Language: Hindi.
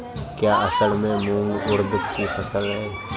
क्या असड़ में मूंग उर्द कि फसल है?